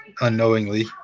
unknowingly